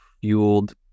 fueled